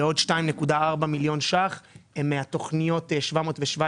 ועוד 2.4 מיליון שקלים הם מתוכניות 717,